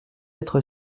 être